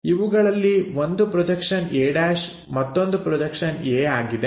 ಇವುಗಳಲ್ಲಿ ಒಂದು projection a' ಮತ್ತೊಂದು ಪ್ರೊಜೆಕ್ಷನ್ a ಆಗಿದೆ